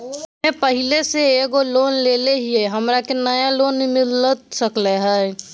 हमे पहले से एक लोन लेले हियई, हमरा के नया लोन मिलता सकले हई?